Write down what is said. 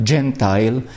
Gentile